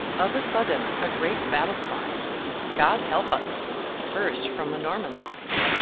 of a sudden, a great battle-cry, god help us burst from the norman lines.